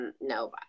No